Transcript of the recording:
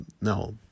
no